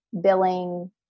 billing